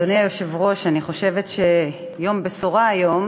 אדוני היושב-ראש, אני חושבת שיום בשורה הוא היום.